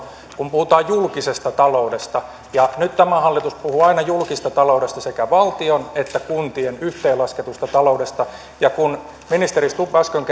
kun puhutaan julkisesta taloudesta nyt tämä hallitus puhuu aina julkisesta taloudesta sekä valtion että kuntien yhteenlasketusta taloudesta ja kun ministeri stubb äsken